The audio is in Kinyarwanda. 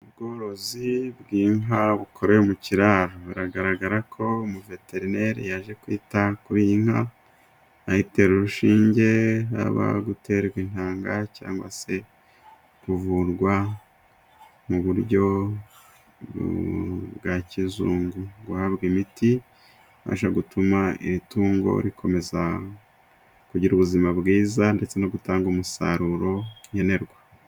Ubworozi bw'inka bukore mu kiraro, biragaragara ko umuveterineri yaje kwita kuri iyi nka ayiteru urushinge, haba guterwa intanga cyangwa se kuvurwa mu buryo bwa kizungu, ihabwa imiti iza gutuma iri tungo rikomeza kugira ubuzima bwiza, ndetse no gutanga umusaruro nkenerwa.